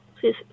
Please